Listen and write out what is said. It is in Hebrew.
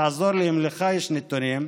תעזור לי אם לך יש נתונים,